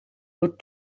door